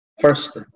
First